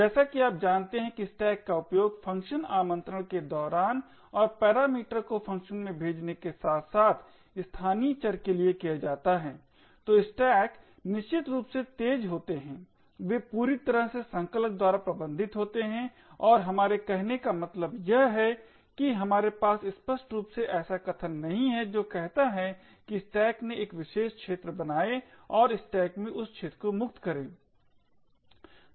जैसा कि आप जानते हैं कि स्टैक का उपयोग फ़ंक्शन आमंत्रण के दौरान और पैरामीटर को फंक्शन में भेजने के साथ साथ स्थानीय चर के लिए किया जाता है तो स्टैक निश्चित रूप से तेज़ होते हैं वे पूरी तरह से संकलक द्वारा प्रबंधित होते हैं और हमारे कहने का मतलब यह है कि हमारे पास स्पष्ट रूप से ऐसा कथन नहीं है जो कहता है कि स्टैक में एक विशेष क्षेत्र बनाएं और स्टैक में उस क्षेत्र को मुक्त करें